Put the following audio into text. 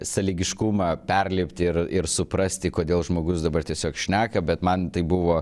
sąlygiškumą perlipti ir ir suprasti kodėl žmogus dabar tiesiog šneka bet man tai buvo